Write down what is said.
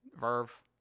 Verve